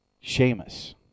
Sheamus